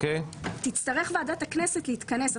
תצטרך ועדת הכנסת להתכנס,